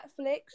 Netflix